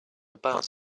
about